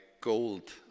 gold